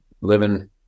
living